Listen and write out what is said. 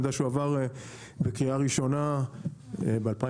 אני יודע שהועבר בקריאה ראשונה ב-2017.